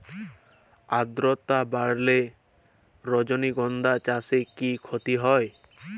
আদ্রর্তা বাড়লে রজনীগন্ধা চাষে কি ক্ষতি হয়?